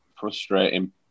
frustrating